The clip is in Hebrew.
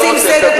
עושים סדר,